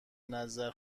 نظر